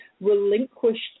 relinquished